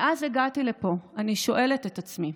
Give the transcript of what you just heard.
מאז שהגעתי לפה אני שואלת את עצמי: